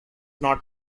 not